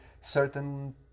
certain